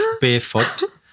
barefoot